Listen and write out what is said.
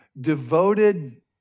devoted